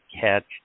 catch